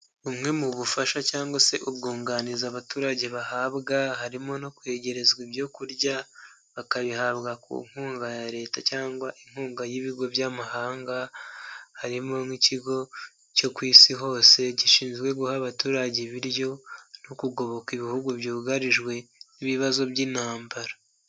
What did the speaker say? Bumwe mu bufasha cyangwa se ubwunganizi abaturage bahabwa harimo no kwegerezwa ibyo kurya bakabihabwa ku nkunga ya leta cyangwa inkunga y'ibigo by'amahanga, harimo nk'ikigo cyo ku isi hose gishinzwe guha abaturage ibiryo no kugoboka ibihugu byugarijwe n'ibibazo by'intambara.